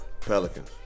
Pelicans